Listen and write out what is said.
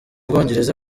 bwongereza